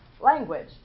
Language